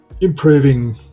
Improving